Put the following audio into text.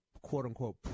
quote-unquote